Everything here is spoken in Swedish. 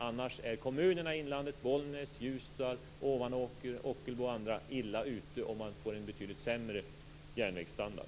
Annars är kommunerna i inlandet - Bollnäs, Ljusdal, Ovanåker, Ockelbo och andra - illa ute och man får en betydligt sämre järnvägsstandard.